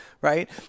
right